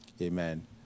Amen